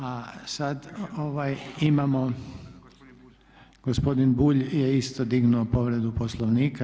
A sad imamo gospodin Bulj je isto dignuo povredu Poslovnika.